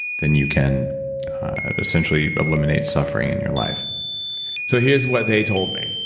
then you can essentially eliminate suffering in your life so here's what they told me.